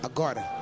Agora